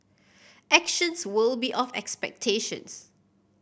actions will be of expectations